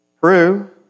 Peru